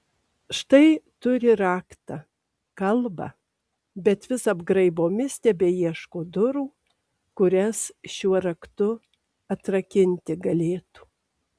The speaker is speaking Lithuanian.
štai turi raktą kalbą bet vis apgraibomis tebeieško durų kurias šiuo raktu atrakinti galėtų